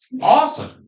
Awesome